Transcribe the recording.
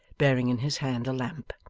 bearing in his hand a lamp.